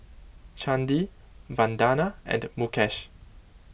Chandi Vandana and Mukesh